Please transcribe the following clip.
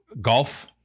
golf